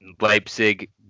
Leipzig